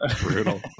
brutal